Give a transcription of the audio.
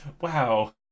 Wow